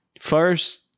First